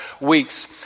weeks